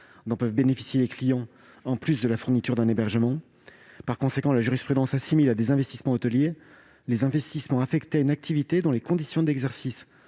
peuvent bénéficier, en plus de la fourniture d'un hébergement. Par conséquent, elle assimile à des investissements hôteliers les investissements affectés à une activité dont les conditions d'exercice